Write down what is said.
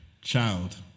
child